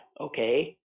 Okay